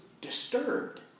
disturbed